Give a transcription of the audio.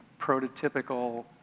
prototypical